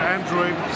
Android